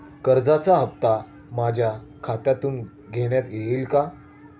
कर्जाचा हप्ता माझ्या खात्यातून घेण्यात येईल का?